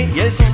yes